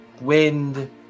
wind